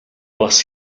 бас